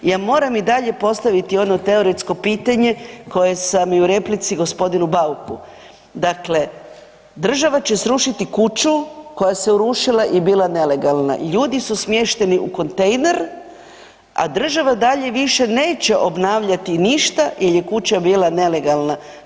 Ja moram i dalje postaviti ono teoretsko pitanje koje sam i u replici gospodinu Bauku dakle država će srušiti kuću koja se urušila i bila nelegalna, ljudi su smješteni u kontejner, a država dalje više neće obnavljati ništa jer je kuća bila nelegalna.